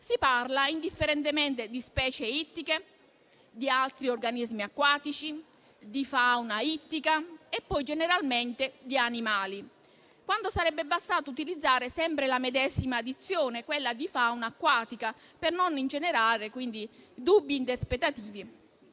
si parla indifferentemente di specie ittiche, di altri organismi acquatici, di fauna ittica, e poi generalmente di animali, quando sarebbe bastato utilizzare sempre la medesima dizione, quella di fauna acquatica, per non ingenerare dubbi interpretativi.